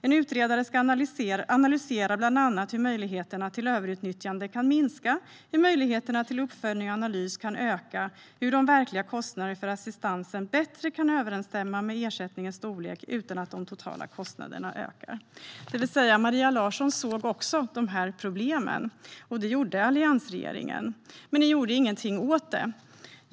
En utredare ska analysera bland annat hur möjligheterna till överutnyttjande kan minska, hur möjligheterna till uppföljning och analys kan öka och hur de verkliga kostnaderna för assistansen bättre kan överensstämma med ersättningens storlek utan att de totala kostnaderna ökar. Maria Larsson och alliansregeringen såg alltså också dessa problem, men man gjorde ingenting åt dem.